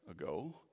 ago